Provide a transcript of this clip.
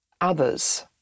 others